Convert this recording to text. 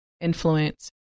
influence